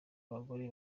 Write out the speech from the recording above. abagore